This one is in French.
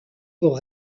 pour